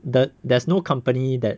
the there's no company that